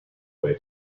way